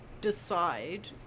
decide